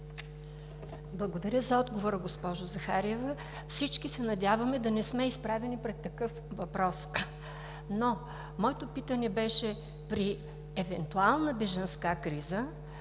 Благодаря за отговора, госпожо Захариева. Всички се надяваме да не сме изправени пред такъв въпрос, но моето питане беше: при евентуална бежанска криза